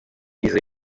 yizeye